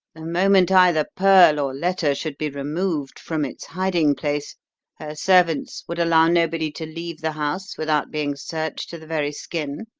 the moment either pearl or letter should be removed from its hiding-place her servants would allow nobody to leave the house without being searched to the very skin?